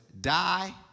die